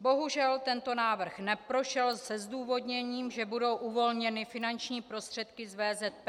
Bohužel tento návrh neprošel se zdůvodněním, že budou uvolněny finanční prostředky z VZP